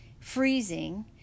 freezing